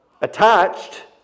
attached